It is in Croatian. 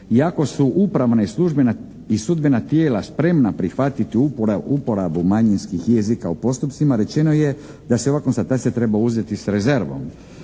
iako su upravna i sudbena tijela spremna prihvatiti uporabu manjinskih jezika u postupcima rečeno je da se ova konstatacija treba uzeti s rezervom.